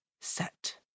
set